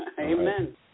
Amen